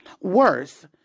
Worse